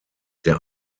der